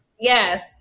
Yes